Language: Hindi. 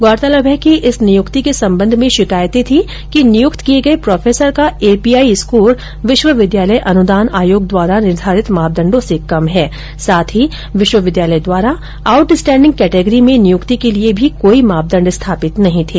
गौरतलब है कि इस नियुक्ति के सम्बन्ध में शिकायते थी कि नियुक्त किये गये प्रोफेसर का एपी आई स्कोर विश्वविद्यालय अनुदान आयोग द्वारा निर्धारित मोपदण्ड़ों से कम है साथ ही विश्वविद्यालय द्वारा आउटस्टेण्डिंग केटेगरी में नियुक्ति के लिये भी कोई मापदण्ड स्थापित नहीं थे